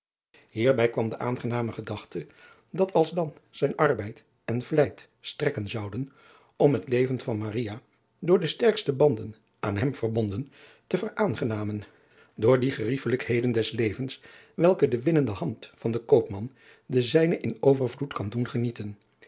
ierbij kwam de aangename gedachte dat alsdan zijn arbeid en vlijt strekken zouden om het leven van door de sterkste banden aan hem verbonden te veraangenamen door die gerijfelijkheden des levens welke de winnende hand van den koopman de zijnen in overvloed kan doen genieten